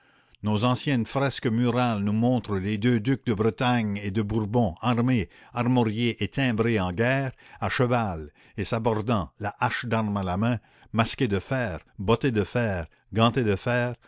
nos anciennes fresques murales nous montrent les deux ducs de bretagne et de bourbon armés armoriés et timbrés en guerre à cheval et s'abordant la hache d'armes à la main masqués de fer bottés de fer gantés de fer